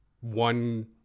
one